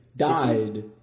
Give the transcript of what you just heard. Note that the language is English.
died